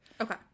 Okay